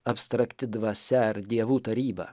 abstrakti dvasia ar dievų taryba